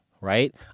Right